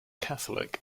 catholic